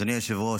אדוני היושב-ראש,